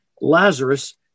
Lazarus